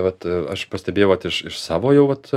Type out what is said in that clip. vat aš pastebėjau vat iš iš savo jau vat